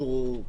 ממשיכה